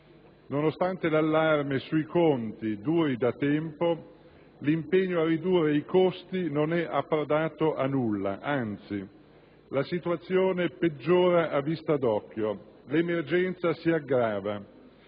Nonostante l'allarme sui conti duri da tempo, l'impegno a ridurre i costi non è approdato a nulla, anzi, la situazione peggiora a vista d'occhio e l'emergenza si aggrava.